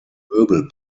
möbel